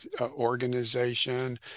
organization